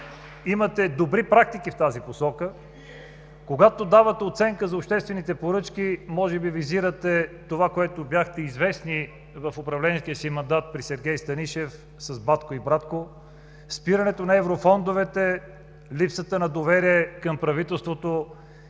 И Вие! ЦВЕТАН ЦВЕТАНОВ: Когато давате оценка за обществените поръчки, може би визирате това, с което бяхте известни в управленския си мандат при Сергей Станишев с „Батко и Братко“, спирането на еврофондовете, липсата на доверие към правителството.